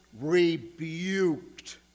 rebuked